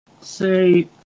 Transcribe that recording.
say